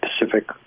Pacific